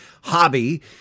hobby